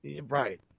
Right